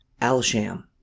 al-Sham